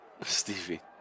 Stevie